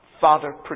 Father